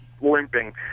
limping